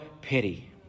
pity